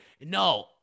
No